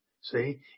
See